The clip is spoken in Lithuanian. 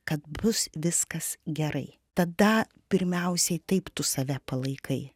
kad bus viskas gerai tada pirmiausiai taip tu save palaikai